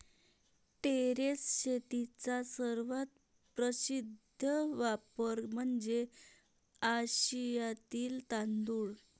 terrace शेतीचा सर्वात प्रसिद्ध वापर म्हणजे आशियातील तांदूळ